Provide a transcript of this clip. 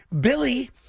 Billy